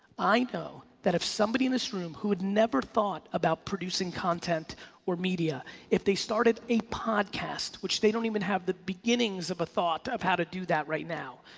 i know that if somebody in this room who had never thought about producing content or media if they started a podcast which they don't even have the beginnings of a thought of how to do that right now,